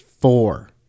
four